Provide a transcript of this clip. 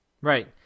Right